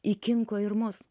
įkinko ir mus